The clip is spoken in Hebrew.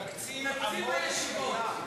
אדוני היושב-ראש,